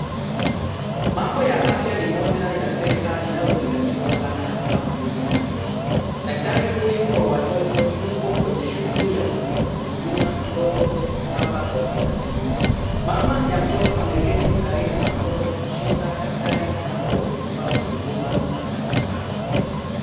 Mambo ya afya ni moja ya sekta inayo zingatiwa sana hapa mjini Nairobi. Daktari huyu wa watoto yuko kwenye shughuli ya kumhudumia mtoto hapa hospitalini. Mama ya mtoto ameketi karibu na mtoto kumshika daktari anapo mpa huduma za matibabu.